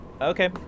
Okay